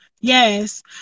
yes